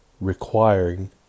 Requiring